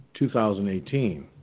2018